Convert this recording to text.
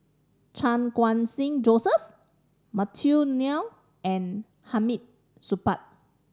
Chan Khun Sing Joseph Matthew Ngui and Hamid Supaat